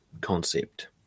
concept